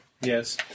Yes